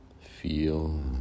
Feel